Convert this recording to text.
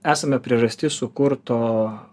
esame priežastis sukurto